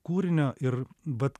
kūrinio ir bet